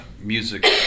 music